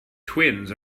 twins